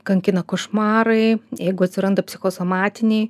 kankina košmarai jeigu atsiranda psichosomatiniai